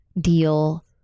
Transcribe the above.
deal